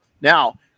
Now